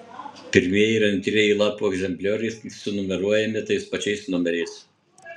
pirmieji ir antrieji lapų egzemplioriai sunumeruojami tais pačiais numeriais